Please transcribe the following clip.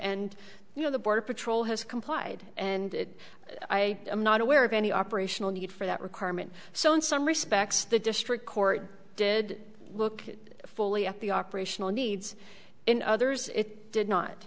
and you know the border patrol has complied and i am not aware of any operational need for that requirement so in some respects the district court did look fully at the operational needs in others it did not